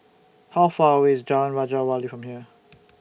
How Far away IS Jalan Raja Wali from here